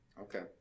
Okay